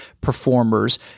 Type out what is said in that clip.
performers